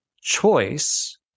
choice